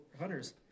hunters